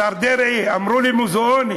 השר דרעי, אמרו לי: מוזיאונים.